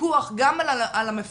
פיקוח גם על המפקח.